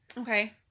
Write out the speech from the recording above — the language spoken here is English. Okay